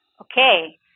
okay